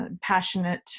passionate